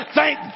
Thank